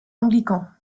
anglicans